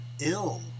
ill